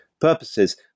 purposes